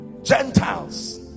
gentiles